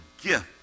gift